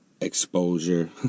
exposure